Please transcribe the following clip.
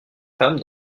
femmes